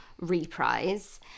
reprise